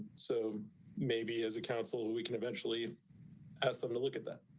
so maybe as a council, we can eventually asked them to look at that.